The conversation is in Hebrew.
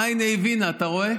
אה, הינה, היא הבינה, אתה רואה?